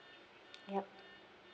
yup